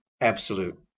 absolute